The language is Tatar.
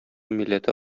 милләте